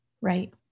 Right